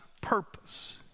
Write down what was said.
purpose